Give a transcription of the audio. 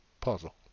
Puzzle